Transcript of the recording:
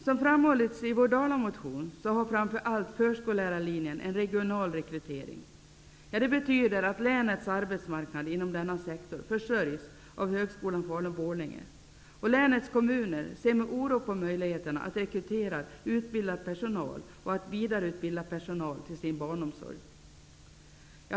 Som framhållits i vår dalamotion har framför allt förskollärarlinjen en regional rekrytering. Det betyder att länets arbetsmarknad inom denna sektor försörjs av Högskolan Falun/Borlänge. Länets kommuner ser med oro på möjligheterna att rekrytera utbildad personal och att vidareutbilda personal till sin barnomsorg.